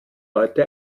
leute